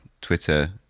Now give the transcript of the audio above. twitter